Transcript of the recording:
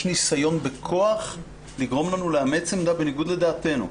ניסיון בכוח לגרום לנו לאמץ עמדה בניגוד לדעתנו.